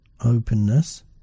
openness